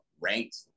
ranked